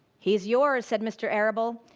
he is yours, said mr. arable,